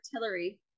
Artillery